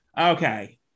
Okay